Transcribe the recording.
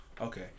Okay